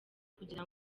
kugira